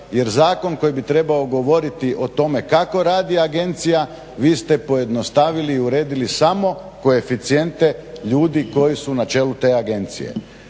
jer zakon koji bi trebao govoriti o tome kako radi agencija vi ste pojednostavili i uredili samo koeficijente ljudi koji su na čelu te agencije.